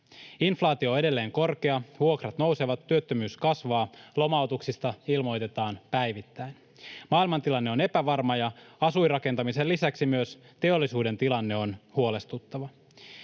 inflaatio on edelleen korkea, vuokrat nousevat, työttömyys kasvaa, lomautuksista ilmoitetaan päivittäin, maailmantilanne on epävarma, ja asuinrakentamisen lisäksi myös teollisuuden tilanne on huolestuttava.